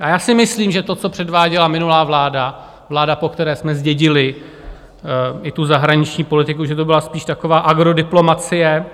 A já si myslím, že to, co předváděla minulá vláda, po které jsme zdědili i tu zahraniční politiku, že to byla spíš taková agrodiplomacie.